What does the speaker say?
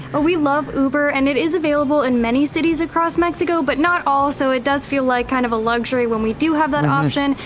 but we love uber and it is available in many cities across mexico, but not all, so it does feel like kind of a luxury when we do have that option.